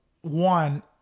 One